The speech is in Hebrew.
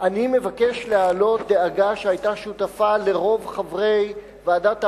אני מבקש להעלות דאגה שהיתה בקרב רוב חברי ועדת העבודה,